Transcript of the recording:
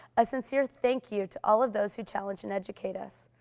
a sincere thank you to all of those who challenge and educate us.